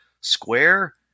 Square